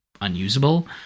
unusable